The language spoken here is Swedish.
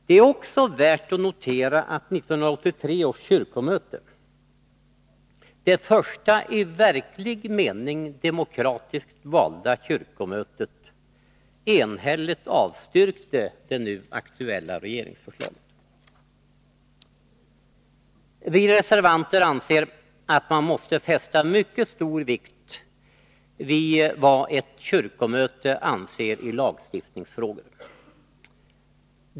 Det är också värt att notera att 1983 års kyrkomöte — det första i verklig mening demokratiskt valda kyrkomötet — enhälligt avstyrkte det nu aktuella regeringsförslaget. Vi reservanter anser att man måste fästa mycket stor vikt vid vad ett kyrkomöte anser i lagstiftningsfrågor.